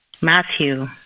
Matthew